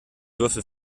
würfel